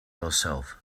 yourself